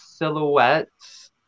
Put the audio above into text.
Silhouettes